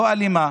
לא אלימה,